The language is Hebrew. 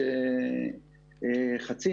כמו ארצות הברית,